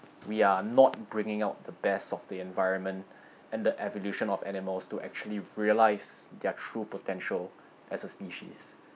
we are not bringing out the best of the environment and the evolution of animals to actually realise their true potential as a species